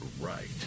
right